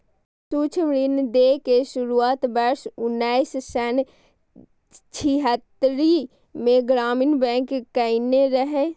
सूक्ष्म ऋण दै के शुरुआत वर्ष उन्नैस सय छिहत्तरि मे ग्रामीण बैंक कयने रहै